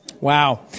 Wow